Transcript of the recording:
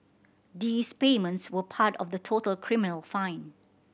these payments were part of the total criminal fine